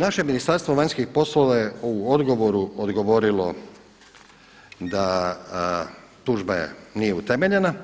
Naše Ministarstvo vanjskih poslova je u odgovoru odgovorilo da tužba nije utemeljena